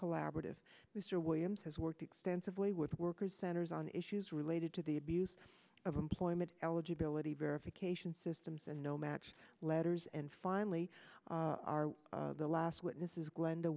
collaborative mr williams has worked extensively with workers centers on issues related to the abuse of employment eligibility verification systems and no match letters and finally the last witness is glenda